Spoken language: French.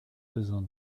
besoin